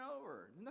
over